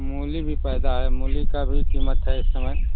मुली भी पैदा है मुली का भी कीमत है इस समय